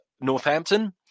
Northampton